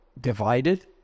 divided